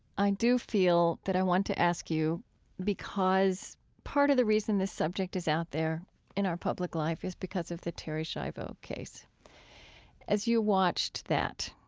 i do feel that i want to ask you because part of the reason this subject is out there in our public life is because of the terri schiavo case as you watched that,